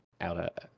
out